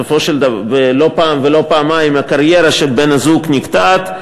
לא פעם ולא פעמיים הקריירה של בן-הזוג נקטעת,